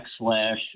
backslash